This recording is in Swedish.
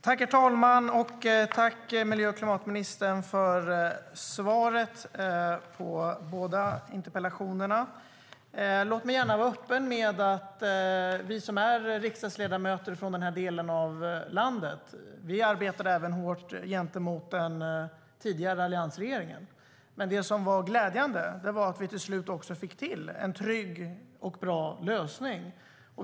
Herr talman! Jag tackar klimat och miljöministern för svaret på båda interpellationerna. Låt mig vara öppen med att vi som är riksdagsledamöter från denna del av landet även bearbetade alliansregeringen hårt. Det glädjande var att vi till slut fick till en trygg och bra lösning.